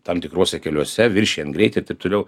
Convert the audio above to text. tam tikruose keliuose viršijant greitį ir taip toliau